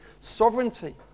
sovereignty